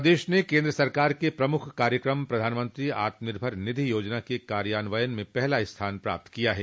प्रदेश ने केन्द्र सरकार के प्रमुख कार्यक्रम प्रधानमंत्री आत्मनिर्भर निधि योजना के कार्यान्वयन में पहला स्थान हासिल किया है